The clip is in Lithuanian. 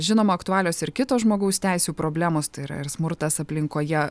žinoma aktualios ir kitos žmogaus teisių problemos tai yra ir smurtas aplinkoje